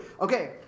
Okay